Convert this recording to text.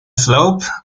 slope